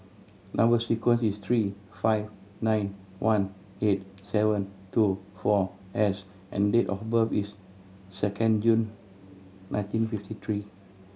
number sequence is three five nine one eight seven two four S and date of birth is second June nineteen fifty three